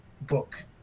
book